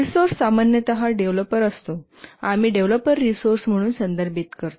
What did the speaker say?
resource सामान्यत developer असतो आम्ही डेव्हलपर रिसोर्स म्हणून संदर्भित करतो